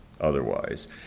otherwise